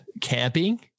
camping